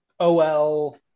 OL